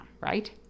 Right